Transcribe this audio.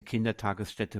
kindertagesstätte